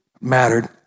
mattered